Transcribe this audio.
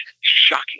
Shocking